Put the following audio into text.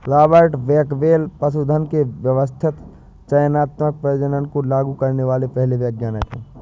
Robert Bakewell पशुधन के व्यवस्थित चयनात्मक प्रजनन को लागू करने वाले पहले वैज्ञानिक है